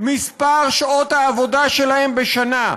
מספר שעות העבודה שלהם בשנה.